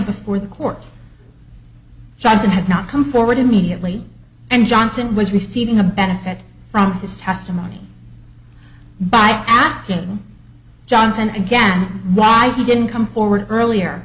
before the court johnson had not come forward immediately and johnson was receiving a benefit from his testimony by asking johnson and again why he didn't come forward earlier